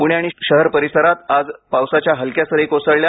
पुणे शहर आणि परिसरात आज पावसाच्या हलक्या सरी कोसळल्या